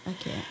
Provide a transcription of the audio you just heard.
okay